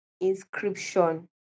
inscription